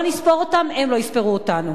לא נספור אותם, הם לא יספרו אותנו.